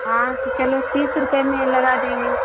हाँ तो चलो तीस रुपये में लगा देंगे